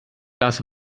glas